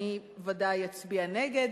אני ודאי אצביע נגד.